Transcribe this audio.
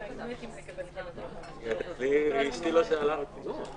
שככל שנצטרך לסייע למשרד הבריאות בהכוונה,